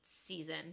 season